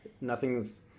Nothing's